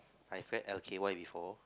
I've read L_K_Y before